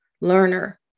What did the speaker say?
learner